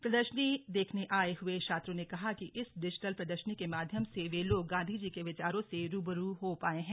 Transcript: प्रदर्शनी देखने आए हुए छात्रो ने कहा कि इस डिजिटल प्रदर्शनी के माध्यम से वह लोग गांधी जी के विचारो से रूबरू हो पाए है